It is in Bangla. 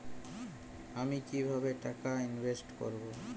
আমি কিভাবে টাকা ইনভেস্ট করব?